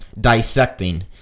Dissecting